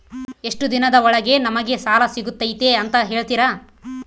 ಎಷ್ಟು ದಿನದ ಒಳಗೆ ನಮಗೆ ಸಾಲ ಸಿಗ್ತೈತೆ ಅಂತ ಹೇಳ್ತೇರಾ?